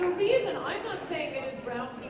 reason i'm not saying it is brown